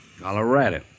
Colorado